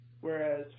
whereas